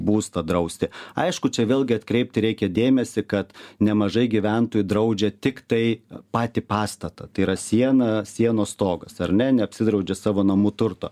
būstą drausti aišku čia vėlgi atkreipti reikia dėmesį kad nemažai gyventojų draudžia tiktai patį pastatą tai yra siena sienos stogas ar ne neapsidraudžia savo namų turto